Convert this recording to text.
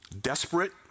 Desperate